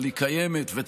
אבל היא קיימת גם כאן,